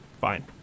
Fine